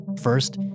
First